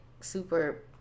super